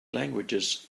languages